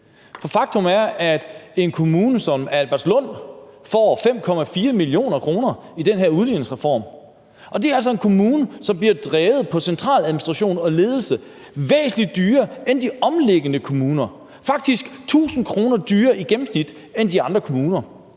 Faktum er, at en kommune som Albertslund får 5,4 mio. kr. i den her udligningsreform, og det er altså en kommune, som på centraladministration og ledelse bliver drevet væsentlig dyrere end de omliggende kommuner – faktisk 1.000 kr. dyrere i gennemsnit end de andre kommuner.